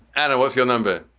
anna, what's your number?